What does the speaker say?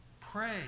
Pray